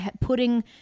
putting